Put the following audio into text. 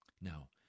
Now